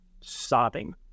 sobbing